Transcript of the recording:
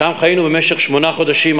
שם חיינו במשך שמונה חודשים.